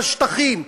בשטחים,